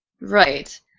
Right